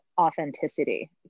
authenticity